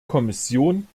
kommission